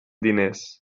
diners